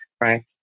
Right